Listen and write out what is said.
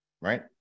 Right